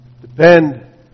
depend